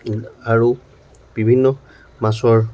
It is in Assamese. আৰু বিভিন্ন মাছৰ